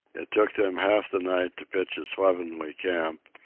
it took them half the night to pitch a slovenly camp,